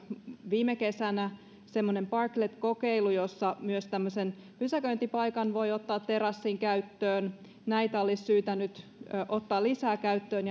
viime kesänä semmoinen parklet kokeilu jossa myös tämmöisen pysäköintipaikan voi ottaa terassin käyttöön näitä olisi syytä nyt ottaa lisää käyttöön